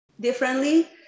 differently